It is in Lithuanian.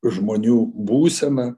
žmonių būseną